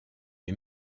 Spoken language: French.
est